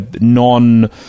non